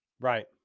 Right